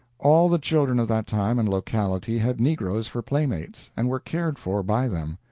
all the children of that time and locality had negroes for playmates, and were cared for by them.